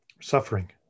suffering